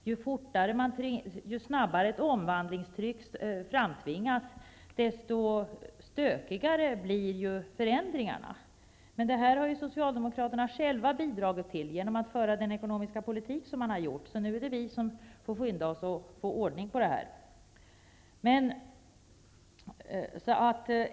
Ju snabbare ett omvandlingstryck framtvingas, desto stökigare blir förändringarna. Men det här har socialdemokraterna själva bidragit till genom att föra den ekonomiska politik som de har gjort. Nu är det vi som får skynda oss för att få ordning på det här.